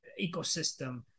ecosystem